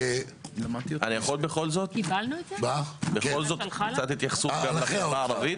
יכול בכל זאת קצת התייחסות לחברה הערבית?